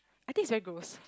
I think it's very gross